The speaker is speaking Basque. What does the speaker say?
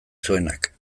zuenak